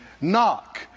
Knock